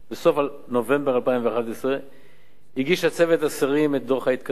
בסוף נובמבר 2011 הגיש הצוות לשרים את דוח ההתקדמות,